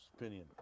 Opinion